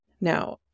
Now